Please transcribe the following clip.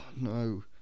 no